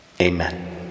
Amen